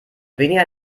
weniger